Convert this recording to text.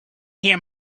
hear